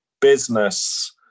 business